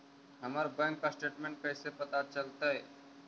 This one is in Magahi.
हमर बैंक स्टेटमेंट कैसे पता चलतै?